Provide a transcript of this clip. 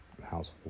household